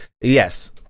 Yes